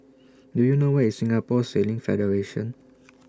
Do YOU know Where IS Singapore Sailing Federation